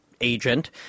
Agent